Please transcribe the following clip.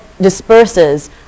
disperses